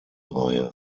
reihe